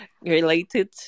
related